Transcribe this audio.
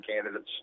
candidates